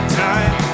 time